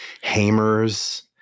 Hamers